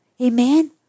Amen